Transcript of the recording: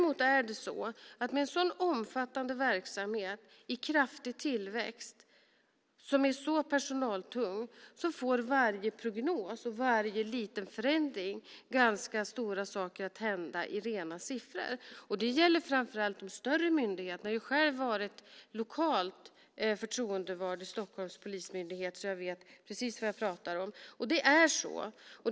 Men med en omfattande verksamhet i kraftig tillväxt som är så personaltung får varje prognos och varje liten förändring ganska stora saker att hända i rena siffror. Det gäller framför allt de större myndigheterna. Jag har själv varit lokalt förtroendevald i Stockholms polismyndighet, så jag vet precis vad jag pratar om. Det är på det viset.